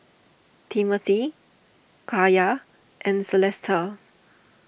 Timmothy Kaya and Celesta